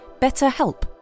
BetterHelp